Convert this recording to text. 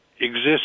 exists